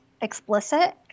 explicit